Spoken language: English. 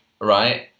right